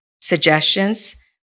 suggestions